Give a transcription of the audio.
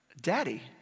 daddy